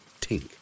tink